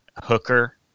Hooker